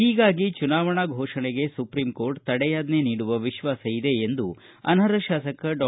ಹೀಗಾಗಿ ಚುನಾವಣಾ ಘೋಷಣೆಗೆ ಸುಪ್ರೀಂ ಕೋರ್ಟ್ ತಡೆಯಾಜ್ಜೆ ನೀಡುವ ವಿಶ್ವಾಸ ಇದೆ ಎಂದು ಅನರ್ಹ ಶಾಸಕ ಡಾ